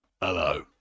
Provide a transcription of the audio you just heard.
Hello